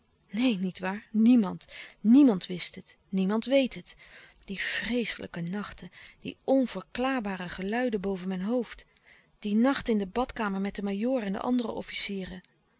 neen niet waar niemand niemand wist het niemand weet het die vreeslijke nachten die onverklaarbare geluiden boven mijn hoofd die nacht in de badkamer met den majoor en de andere officieren